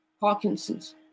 Parkinson's